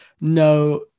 no